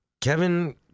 Kevin